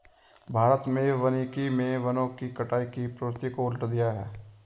भारत में वानिकी मे वनों की कटाई की प्रवृत्ति को उलट दिया है